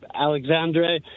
Alexandre